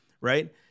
right